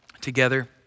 together